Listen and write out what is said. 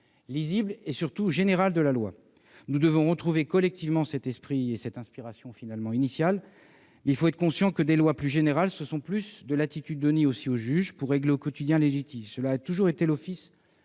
lisible et surtout général de la loi. Nous devons retrouver collectivement cet esprit et cette inspiration initiale. Il faut être conscient que voter des lois plus générales, c'est aussi donner plus de latitude aux juges pour régler au quotidien les litiges. Cela a toujours été l'office